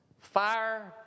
fire